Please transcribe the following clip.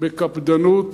בקפדנות